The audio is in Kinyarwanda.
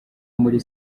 muri